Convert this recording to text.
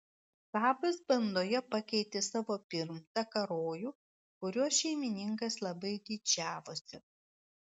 sabas bandoje pakeitė savo pirmtaką rojų kuriuo šeimininkas labai didžiavosi